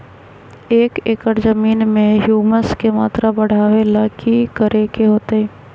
एक एकड़ जमीन में ह्यूमस के मात्रा बढ़ावे ला की करे के होतई?